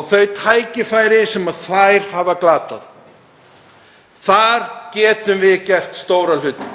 og þau tækifæri sem þær hafa glatað. Þar getum við gert stóran hlut